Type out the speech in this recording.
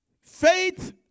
Faith